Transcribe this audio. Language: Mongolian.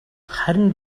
харин